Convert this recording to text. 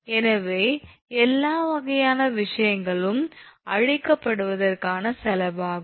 எனவே எல்லா வகையான விஷயங்களும் அழிக்கப்படுவதற்கான செலவாகும்